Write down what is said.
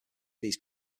these